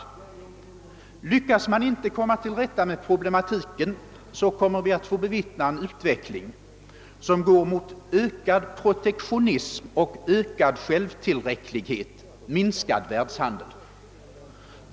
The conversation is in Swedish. Lyckas man inte komma till rätta med problematiken kommer vi att få bevittna en utveckling som går mot ökad protektionism, ökad självtillräcklighet och minskad världshandel.